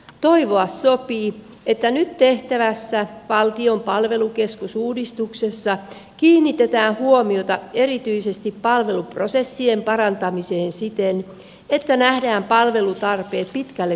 toivoa sopii että nyt tehtävässä valtion palvelukeskusuudistuksessa kiinnitetään huomiota erityisesti palveluprosessien parantamiseen siten että nähdään palvelutarpeet pitkälle tulevaisuuteen